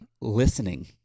listening